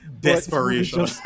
Desperation